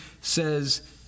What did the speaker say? says